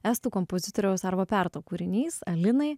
estų kompozitoriaus arvo piarto kūrinys alinai